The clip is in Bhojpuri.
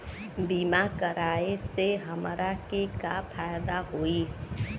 बीमा कराए से हमरा के का फायदा होई?